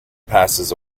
passes